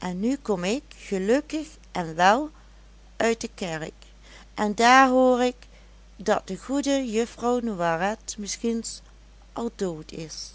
en nu kom ik gelukkig en wel uit de kerk en daar hoor ik dat de goede juffrouw noiret misschien nu al dood is